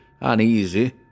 uneasy